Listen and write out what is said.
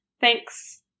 Thanks